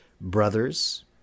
brothers